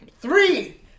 Three